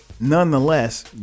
nonetheless